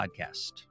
Podcast